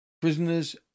Prisoner's